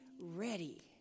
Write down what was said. ready